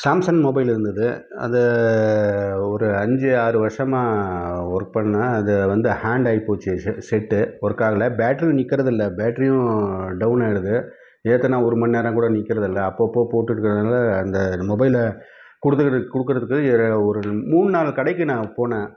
Samsung mobile இருந்தது அது ஒரு அஞ்சு ஆறு வருஷமாக ஒர்க் பண்ணேன் அது வந்து ஹான்ட் ஆகி போச்சு செட்டு ஒர்க் ஆகலை பேட்ரி நிக்கறதில்லை பேட்ரியும் டௌன் ஆகிடுது ஏற்றினா ஒரு மணி நேரம் கூட நிக்கறதில்லை அப்பப்போது போட்டுவிட்டு இருக்கறனால் அந்த மொபைலை கொடுக்குறது கொடுக்குறதுக்கு ஒரு மூணு நாலு கடைக்கு நான் போனேன்